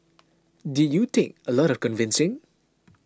did you take a lot of convincing